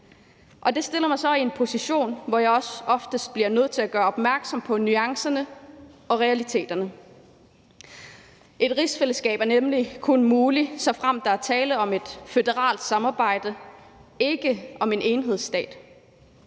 det stiller mig så i en position, hvor jeg også oftest bliver nødt til at gøre opmærksom på nuancerne og realiteterne. Et rigsfællesskab er nemlig kun muligt, såfremt der er tale om et føderalt samarbejde, ikke om en enhedsstat.